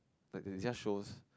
like they they just show